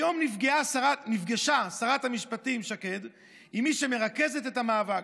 היום נפגשה שרת המשפטים שקד עם מי שמרכזת את מטה המאבק.